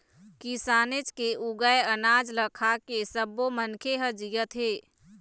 किसानेच के उगाए अनाज ल खाके सब्बो मनखे ह जियत हे